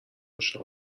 باشه